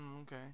Okay